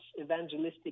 evangelistic